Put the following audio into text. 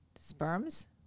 Sperms